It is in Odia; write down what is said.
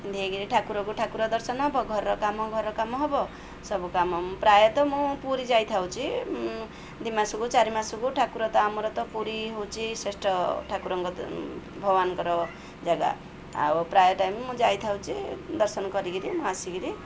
ଏମିତି ହେଇକରି ଠାକୁରକୁ ଠାକୁର ଦର୍ଶନ ହବ ଘର କାମ ଘର କାମ ହବ ସବୁ କାମ ପ୍ରାୟତଃ ମୁଁ ପୁରୀ ଯାଇଥାଉଛି ଦୁଇ ମାସକୁ ଚାରି ମାସକୁ ଠାକୁର ତ ଆମର ତ ପୁରୀ ହେଉଛି ଶ୍ରେଷ୍ଠ ଠାକୁରଙ୍କ ଭଗବାନଙ୍କର ଜାଗା ଆଉ ପ୍ରାୟ ଟାଇମ୍ ମୁଁ ଯାଇଥାଉଛି ଦର୍ଶନ କରିକି ମୁଁ ଆସି କରି